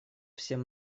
всем